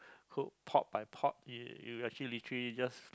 cook pot by pot you you actually literally just